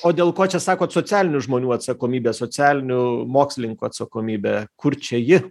o dėl ko čia sakot socialinių žmonių atsakomybė socialinių mokslininkų atsakomybė kur čia ji